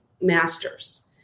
masters